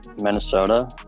Minnesota